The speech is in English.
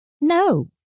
No